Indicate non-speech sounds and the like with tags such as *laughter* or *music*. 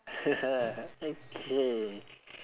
*laughs* okay